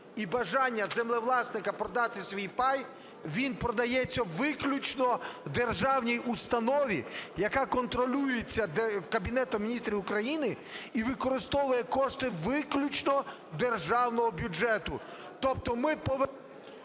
і бажання землевласника продати свій пай, він продається виключно державній установі, яка контролюється Кабінетом Міністрів України і використовує кошти виключно державного бюджету. Тобто ми…